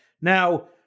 now